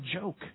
joke